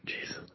Jesus